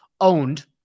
owned